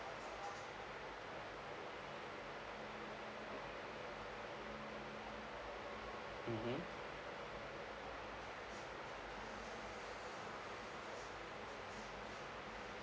mmhmm